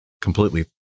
completely